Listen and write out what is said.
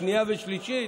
שנייה ושלישית.